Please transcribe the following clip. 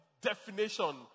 definition